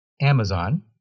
Amazon